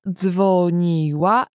dzwoniła